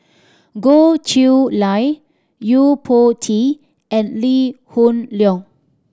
Goh Chiew Lye Yo Po Tee and Lee Hoon Leong